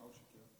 מה, הוא שיקר?